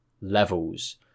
levels